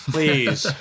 Please